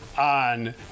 on